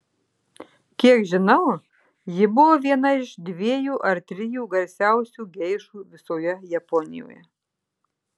kiek žinau ji buvo viena iš dviejų ar trijų garsiausių geišų visoje japonijoje